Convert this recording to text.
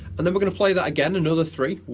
and then we're gonna play that again another three